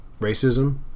racism